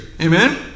Amen